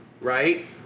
right